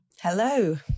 Hello